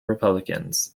republicans